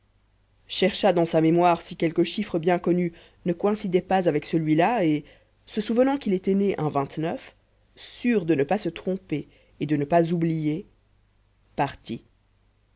chercha dans sa mémoire si quelque chiffre bien connu ne coïncidait pas avec celui-là et se souvenant qu'il était né un sûr de ne pas se tromper et de ne pas oublier partit